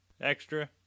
extra